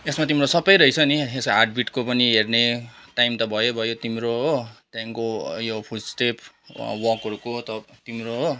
यसमा तिम्रो सबै रहेछ नि यसमा हार्टबिटको पनि हेर्ने टाइम त भयो भयो तिम्रो हो त्यहाँदेखिको यो फुटस्टेप वाकहरूको तिम्रो हो